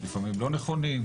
לפעמים לא נכונים,